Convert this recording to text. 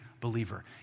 believer